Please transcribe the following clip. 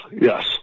yes